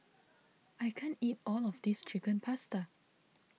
I can't eat all of this Chicken Pasta